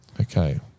Okay